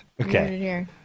Okay